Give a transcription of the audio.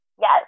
Yes